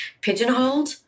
pigeonholed